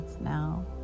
now